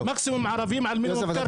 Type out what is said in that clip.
מקסימום ערבים על מינימום קרקע.